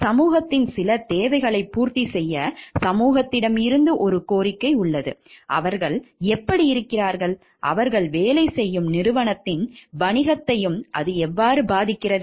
சமூகத்தின் சில தேவைகளை பூர்த்தி செய்ய சமூகத்திடம் இருந்து ஒரு கோரிக்கை உள்ளது அவர்கள் எப்படி இருக்கிறார்கள் அவர்கள் வேலை செய்யும் நிறுவனத்தின் வணிகத்தையும் அது எவ்வாறு பாதிக்கிறது